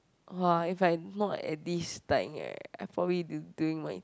uh if I not at this time right I probably do doing my